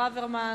414,